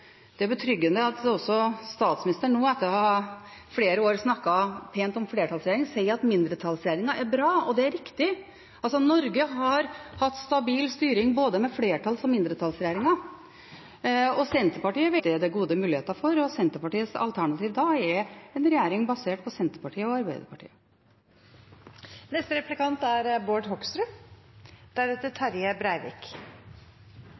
det er betryggende at statsministeren etter flere år å ha snakket pent om flertallsregjering, nå sier at mindretallsregjeringer er bra. Det er riktig. Norge har hatt stabil styring med både flertalls- og mindretallsregjeringer. Senterpartiet vet ikke hva som blir mest aktuelt etter stortingsvalget i 2021. Vi håper sjølsagt at det blir et regjeringsskifte, og vi tror at det er gode muligheter for det. Senterpartiets alternativ da er en regjering basert på Senterpartiet og